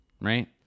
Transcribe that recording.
right